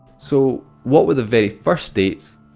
so what were the very first states.